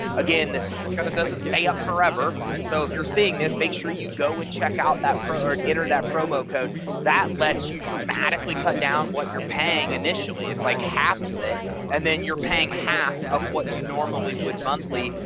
again this isn't going to doesn't stay up forever. so if you're seeing this make sure you go and check out that pro enter that promo code that lets you dramatically cut down what you're paying initially it's like half set and then you're paying half of what you normally would monthly.